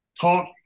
talk